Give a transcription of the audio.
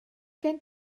gen